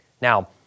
Now